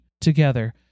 together